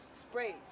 sprayed